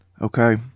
Okay